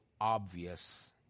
obvious